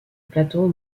plateau